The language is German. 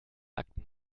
akten